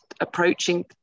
approaching